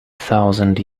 thousand